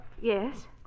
Yes